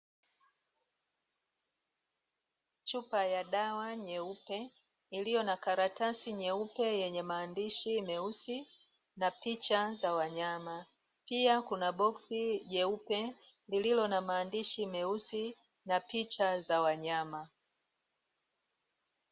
Chupa ya dawa nyeupe iliyo na karatasi nyeupe yenye maandishi meusi, na picha za wanyama. Pia kuna boksi jeupe, lililo na maandishi meusi, na picha za wanyama.